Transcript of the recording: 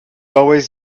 always